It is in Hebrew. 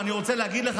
ואני רוצה להגיד לך,